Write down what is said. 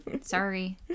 Sorry